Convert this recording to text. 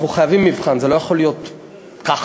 אנחנו חייבים מבחן, זה לא יכול להיות ככה.